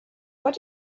what